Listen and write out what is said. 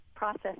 process